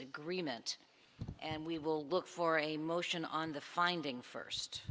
agreement and we will look for a motion on the finding first